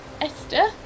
Esther